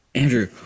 Andrew